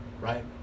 right